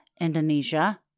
Indonesia